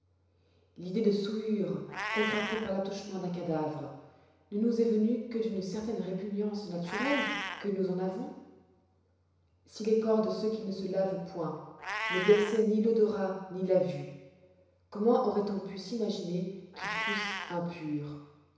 l'idée de souillure contractée par l'attouchement d'un cadavre ne nous est venue que d'une certaine répugnance naturelle que nous en avons si les corps de ceux qui ne se lavent point ne blessoient ni l'odorat ni la vue comment auroit on pu s'imaginer qu'ils fussent impurs